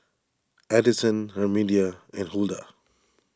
Adyson Herminia and Hulda